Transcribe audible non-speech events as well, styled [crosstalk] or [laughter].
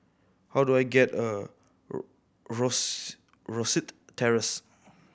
how do I get a [unintelligible] Rose Rosyth Terrace